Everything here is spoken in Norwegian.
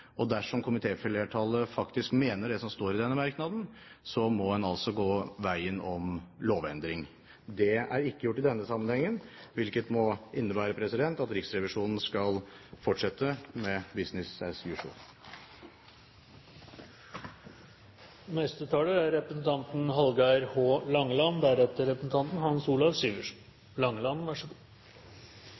Dersom komitéflertallet faktisk mener det som står i denne merknaden, må en altså gå veien om lovendring. Det er ikke gjort i denne sammenhengen, hvilket må innebære at Riksrevisjonen skal fortsette med «business as